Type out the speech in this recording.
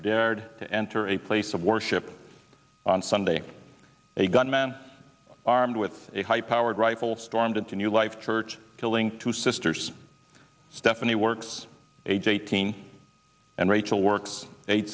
dared to enter a place of worship on sunday a gun man armed with a high powered rifle stormed into a new life church killing two sisters stephanie works age eighteen and rachel works